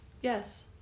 Yes